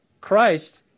Christ